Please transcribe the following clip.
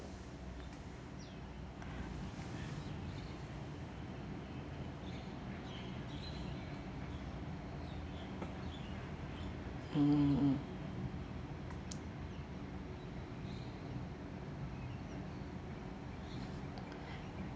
mm mm